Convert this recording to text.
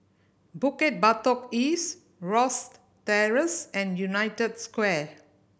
Bukit Batok East Rosyth Terrace and United Square